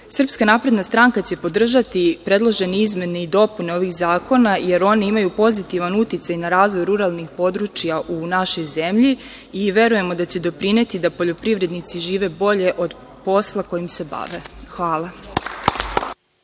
napredna stranka će podržati predložene izmene i dopune ovih zakona jer one imaju pozitivan uticaj na razvoj ruralnih područja u našoj zemlji i verujemo da će doprineti da poljoprivrednici žive bolje od posla kojim se bave. Hvala.